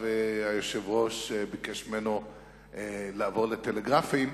היושב-ראש ביקש ממנו לעבור לטלגרפים: